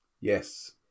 yes